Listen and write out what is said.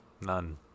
None